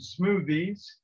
smoothies